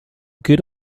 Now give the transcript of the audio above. good